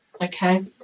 Okay